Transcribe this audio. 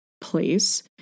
place